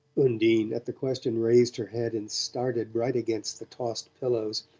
undine, at the question, raised her head and started right against the tossed pillows,